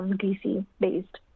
greasy-based